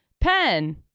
pen